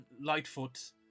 Lightfoot